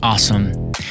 Awesome